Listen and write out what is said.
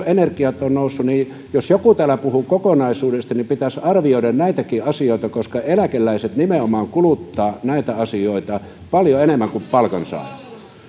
energiat ovat nousseet niin jos joku täällä puhuu kokonaisuudesta niin pitäisi arvioida näitäkin asioita koska nimenomaan eläkeläiset kuluttavat näitä asioita paljon enemmän kuin palkansaajat